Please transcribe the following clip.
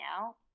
now